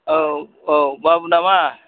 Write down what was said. औ औ बाबु नामा